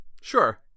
Sure